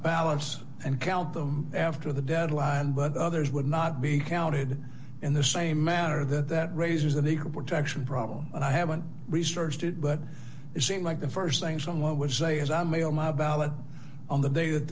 balance and count them after the deadline but others would not be counted in the same manner that that raises an equal protection problem and i haven't researched it but it seemed like the st thing someone would say is i'm a oh my ballot on the day that